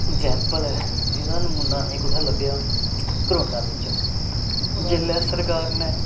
example ऐ एह्दा नमूना असें गी कु'त्थै लब्भेआ कोरोना बिच्च जेल्लै सरकार ने